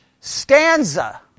stanza